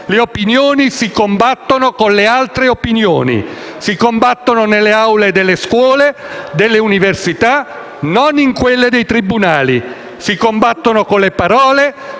Le opinioni si combattono con le altre opinioni; si combattono nelle aule delle scuole, delle università, non in quelle dei tribunali. Si combattono con le parole,